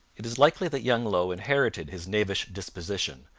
it is likely that young low inherited his knavish disposition,